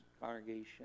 congregation